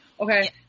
okay